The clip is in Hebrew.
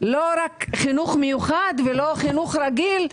לא רק חינוך מיוחד ולא חינוך רגיל.